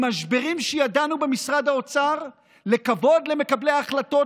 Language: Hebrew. ממשברים שידענו במשרד האוצר לכבוד למקבלי ההחלטות,